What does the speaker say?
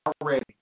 already